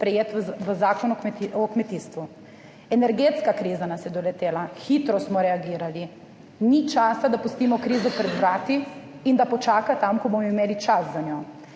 sprejet v Zakonu o kmetijstvu. Energetska kriza nas je doletela, hitro smo reagirali. Ni časa, da pustimo krizo pred vrati in da počaka tam, dokler ne bomo imeli časa za njo.